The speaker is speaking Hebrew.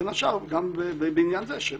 בין השאר גם בעניין זה שבסוף,